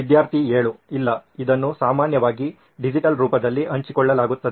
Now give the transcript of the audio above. ವಿದ್ಯಾರ್ಥಿ 7 ಇಲ್ಲ ಇದನ್ನು ಸಾಮಾನ್ಯವಾಗಿ ಡಿಜಿಟಲ್ ರೂಪದಲ್ಲಿ ಹಂಚಿಕೊಳ್ಳಲಾಗುತ್ತದೆ